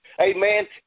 Amen